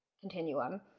continuum